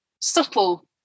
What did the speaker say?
subtle